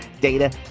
data